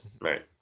right